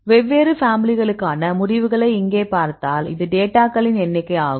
வெவ்வேறு ஃபேமிலிகளுக்கான முடிவுகளை இங்கே பார்த்தால் அது டேட்டாகளின் எண்ணிக்கை ஆகும்